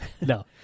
no